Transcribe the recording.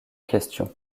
question